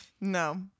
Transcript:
No